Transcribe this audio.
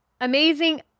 Amazing